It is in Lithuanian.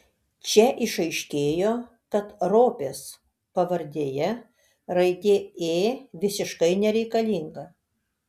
čia išaiškėjo kad ropės pavardėje raidė ė visiškai nereikalinga